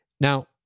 Now